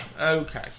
Okay